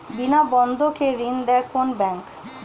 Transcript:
বিনা বন্ধকে ঋণ দেয় কোন ব্যাংক?